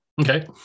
Okay